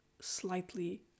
slightly